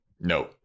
No